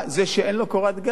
זה שאין לו קורת גג.